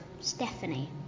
Stephanie